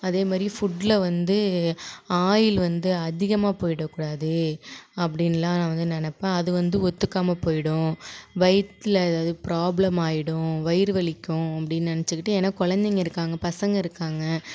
அதே மாதிரி ஃபுட்டில் வந்து ஆயில் வந்து அதிகமாக போயிடக் கூடாது அப்படின்லாம் நான் வந்து நினப்பேன் அது வந்து ஒத்துக்காமல் போய்டும் வயிற்றுல ஏதாவது ப்ராப்ளம் ஆயிடும் வயிறு வலிக்கும் அப்படின்னு நினச்சுக்கிட்டு ஏனால் குழந்தைங்க இருக்காங்க பசங்க இருக்காங்க